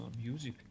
music